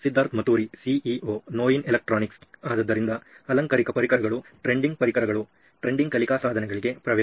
Siddharth Mathuri CEO ನೋಯಿನ್ ಎಲೆಕ್ಟ್ರಾನಿಕ್ಸ್ಆದ್ದರಿಂದ ಅಲಂಕಾರಿಕ ಪರಿಕರಗಳು ಟ್ರೆಂಡಿ ಪರಿಕರಗಳು ಟ್ರೆಂಡಿ ಕಲಿಕಾ ಸಾಧನಗಳಿಗೆ ಪ್ರವೇಶ